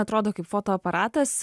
atrodo kaip fotoaparatas